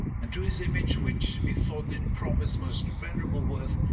and to his image, which methought did promise most venerable worth,